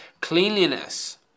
Cleanliness